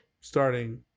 starting